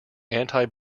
anti